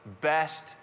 best